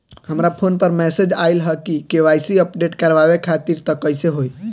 हमरा फोन पर मैसेज आइलह के.वाइ.सी अपडेट करवावे खातिर त कइसे होई?